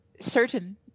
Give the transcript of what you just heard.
certain